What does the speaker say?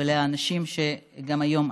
ולאנשים שגם היום,